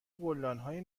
گلدانهای